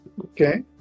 Okay